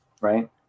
right